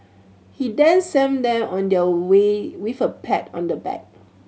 he then sent them on their way with a pat on the back